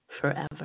forever